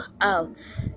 out